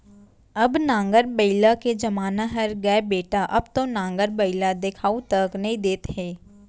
अब नांगर बइला के जमाना हर गय बेटा अब तो नांगर बइला देखाउ तक नइ देत हे